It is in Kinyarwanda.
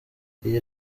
iyi